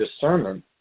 discernment